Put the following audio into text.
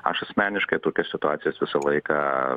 aš asmeniškai tokias situacijos visą laiką